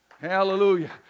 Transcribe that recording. Hallelujah